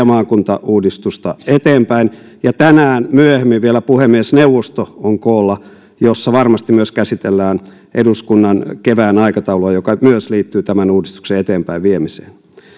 maakuntauudistusta eteenpäin ja tänään myöhemmin vielä puhemiesneuvosto on koolla ja siellä varmasti käsitellään eduskunnan kevään aikataulua joka myös liittyy tämän uudistuksen eteenpäinviemiseen